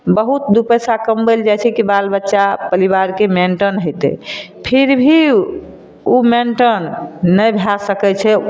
दू पैसा कमबै लऽ जाइ छै की बाल बच्चा परिबारके मेंटेन होयतै फिर भी ओ मेंटेन नहि भए सकैत छै